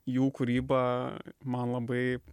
jų kūryba man labai